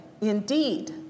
indeed